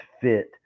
fit